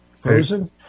Frozen